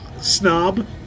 snob